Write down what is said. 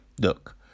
look